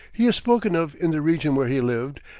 he is spoken of in the region where he lived,